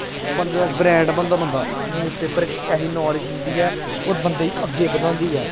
बंदे दा ब्रैंड बनदा बंदा दा न्यूज़ पेपर इक ऐसी नॉलेज दिंदी ऐ होर बंदे ई अग्गें बधांदी ऐ